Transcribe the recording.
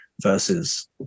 Versus